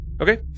Okay